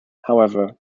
however